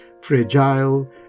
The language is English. fragile